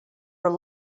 were